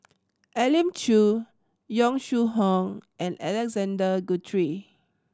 Elim Chew Yong Shu Hoong and Alexander Guthrie